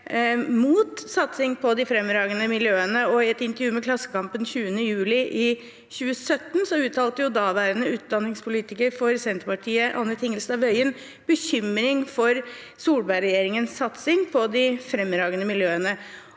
mot satsing på de fremragende miljøene, og i et intervju med Klassekampen 20. juli 2017 uttalte daværende utdanningspolitiker for Senterpartiet, Anne Tingelstad Wøien, bekymring for Solberg-regjeringens satsing på de fremragende miljøene.